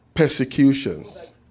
Persecutions